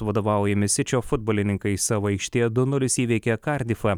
vadovaujami sičio futbolininkai savo aikštėje du nulis įveikė kardifą